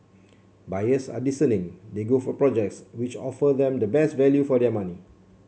buyers are discerning they go for projects which offer them the best value for their money